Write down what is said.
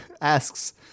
asks